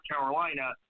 Carolina